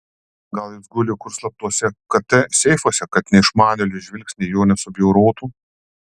gal jis guli kur slaptuose kt seifuose kad neišmanėlių žvilgsniai jo nesubjaurotų